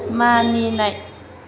मानिनाय